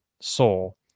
soul